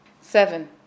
Seven